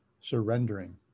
surrendering